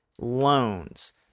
loans